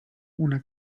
una